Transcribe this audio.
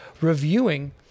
reviewing